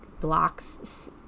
blocks